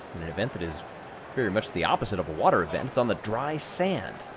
in an event that is very much the opposite of a water event it's on the dry sand.